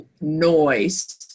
noise